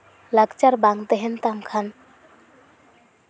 ᱞᱟᱠᱪᱟᱨ ᱵᱟᱝ ᱛᱟᱦᱮᱸᱱ ᱛᱟᱢ ᱠᱷᱟᱱ